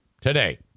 today